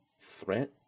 threat